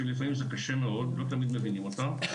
ולפעמים זה קשה מאוד ולא תמיד מבינים אותו.